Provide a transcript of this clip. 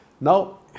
now